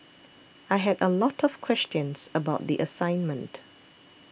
I had a lot of questions about the assignment